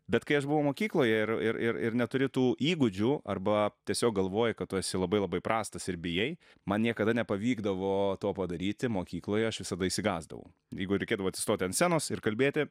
bet kai aš buvau mokykloj ir ir ir neturi tų įgūdžių arba tiesiog galvoji kad tu esi labai labai prastas ir bijai man niekada nepavykdavo to padaryti mokykloj aš visada išsigąsdavau jeigu reikėdavo atsistoti ant scenos ir kalbėti